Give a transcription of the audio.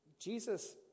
Jesus